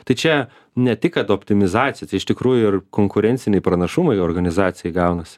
tai čia ne tik kad optimizacijos čia iš tikrųjų ir konkurenciniai pranašumai organizacijai gaunasi